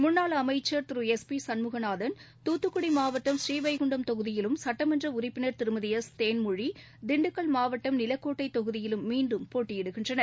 முன்னாள் அமைச்சர் Thiru S P Shanmuganathan Thoothukudi மாவட்டம் பூரீவைகுண்டம் தொகுதியிலும் சுட்டமன்ற உறுப்பினர் திருமதி எஸ் தேன்மொழி திண்டுக்கல் மாவட்டம் நிலக்கோட்டை தொகுதியில் மீண்டும் போட்டியிடுகின்றனர்